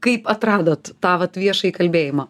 kaip atradot tą vat viešąjį kalbėjimą